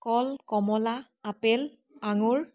কল কমলা আপেল আঙুৰ